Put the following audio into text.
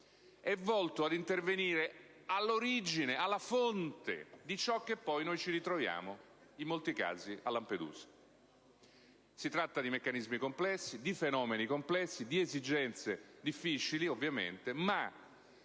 è volto ad intervenire all'origine, alla fonte di ciò che noi ci ritroviamo in molti casi a Lampedusa. Si tratta di meccanismi, di fenomeni complessi, esigenze ovviamente